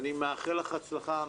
אני מאחל לך הצלחה.